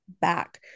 back